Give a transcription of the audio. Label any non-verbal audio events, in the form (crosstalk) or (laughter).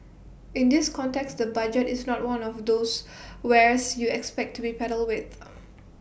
in this context the budget is not one of those wares you expect to be peddled with (hesitation)